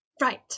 Right